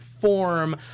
form